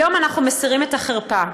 היום אנחנו מסירים את החרפה.